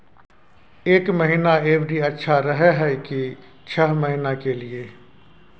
एक महीना एफ.डी अच्छा रहय हय की छः महीना के लिए?